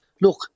look